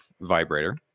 vibrator